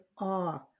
awe